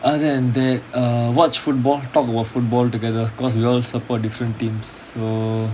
other than that err watch football talk about football together cause we all support different teams so